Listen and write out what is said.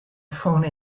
phone